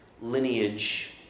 lineage